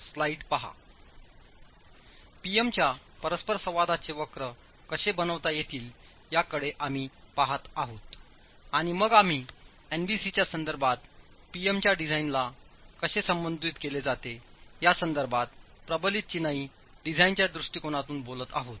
P M च्या परस्परसंवादाचे वक्र कसे बनवता येतील याकडे आम्ही पहात आहोत आणि मग आम्ही एनबीसीच्या संदर्भात P M च्या डिझाईनला कसे संबोधित केले जाते या संदर्भात प्रबलित चिनाई डिझाइनच्या दृष्टीकोनातून बोलत आहोत